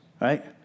right